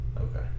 Okay